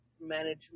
management